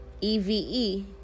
E-V-E